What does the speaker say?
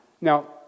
Now